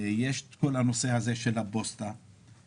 יש את כל הנושא הזה של הפוסטה כלי רכב שמסיע אסירים ועצורים,